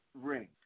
ring